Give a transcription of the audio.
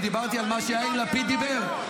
דיברתי על מה שיאיר לפיד אמר.